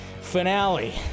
finale